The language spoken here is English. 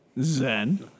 Zen